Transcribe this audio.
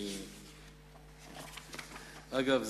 אגב,